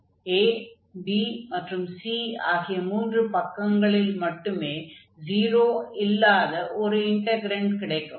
A B மற்றும் C ஆகிய மூன்று பக்கங்களில் மட்டுமே 0 அல்லாத ஒரு இன்டக்ரென்ட் கிடைக்கும்